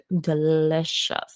delicious